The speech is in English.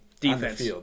Defense